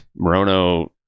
Morono